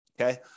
Okay